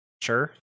sure